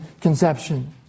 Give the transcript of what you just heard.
conception